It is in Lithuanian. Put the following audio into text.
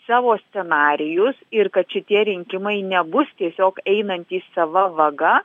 savo scenarijus ir kad šitie rinkimai nebus tiesiog einantys sava vaga